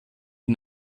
die